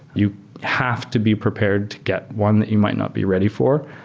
you have to be prepared to get one that you might not be ready for,